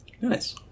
Nice